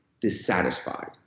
dissatisfied